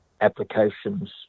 applications